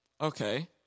Okay